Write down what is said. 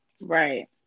Right